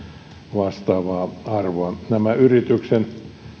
vastaavaa arvoa nämä yrityksen